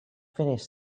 finish